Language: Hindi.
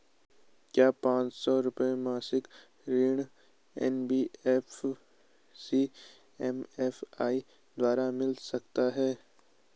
क्या पांच सौ रुपए मासिक ऋण एन.बी.एफ.सी एम.एफ.आई द्वारा मिल सकता है?